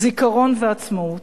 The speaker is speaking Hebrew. זיכרון ועצמאות.